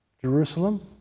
Jerusalem